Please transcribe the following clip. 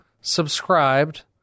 subscribed